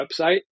website